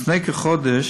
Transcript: לפני כחודש